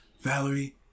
Valerie